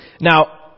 Now